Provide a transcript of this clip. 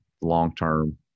long-term